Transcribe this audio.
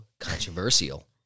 controversial